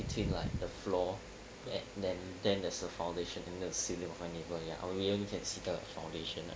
between like the floor and then then there's a foundation and then the ceiling of my neighbour ya I only can see the foundation uh